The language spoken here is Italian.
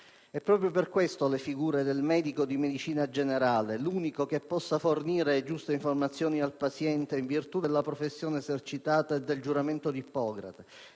E proprio per questo le figure del medico di medicina generale (l'unico che possa fornire le giuste informazioni ai pazienti in virtù della professione esercitata e del giuramento d'Ippocrate)